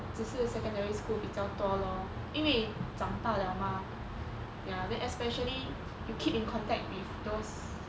只是 secondary school 比较多 lor 因为长大了 mah ya then especially you keep in contact with those